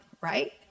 right